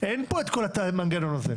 אין כאן את כל המנגנון הזה.